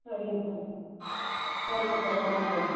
சரிங்க சார் சரிங்க சார் வரோம் சார்